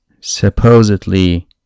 supposedly